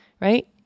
right